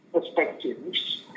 perspectives